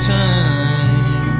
time